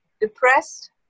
depressed